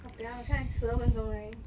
!wahpiang! 现在十二分钟而已